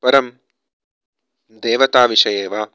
परं देवताविषये वा